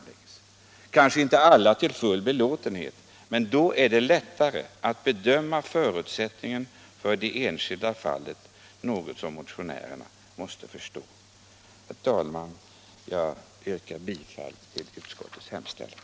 Det blir kanske inte till allas fulla belåtenhet, men då är det lättare att bedöma förutsättningarna i de enskilda fallen. Det är något som motionärerna måste förstå. Herr talman! Jag yrkar bifall till utskottets hemställan.